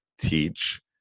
teach